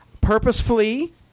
purposefully